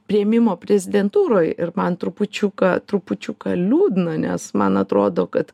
priėmimo prezidentūroj ir man trupučiuką trupučiuką liūdna nes man atrodo kad